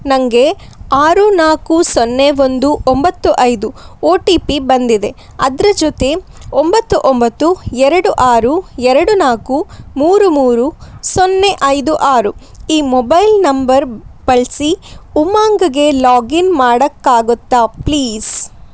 ನನಗೆ ಆರು ನಾಲ್ಕು ಸೊನ್ನೆ ಒಂದು ಒಂಬತ್ತು ಐದು ಒ ಟಿ ಪಿ ಬಂದಿದೆ ಅದರ ಜೊತೆ ಒಂಬತ್ತು ಒಂಬತ್ತು ಎರಡು ಆರು ಎರಡು ನಾಲ್ಕು ಮೂರು ಮೂರು ಸೊನ್ನೆ ಐದು ಆರು ಈ ಮೊಬೈಲ್ ನಂಬರ್ ಬಳಿಸಿ ಉಮಂಗ್ಗೆ ಲಾಗಿನ್ ಮಾಡೋಕ್ಕಾಗುತ್ತಾ ಪ್ಲೀಸ್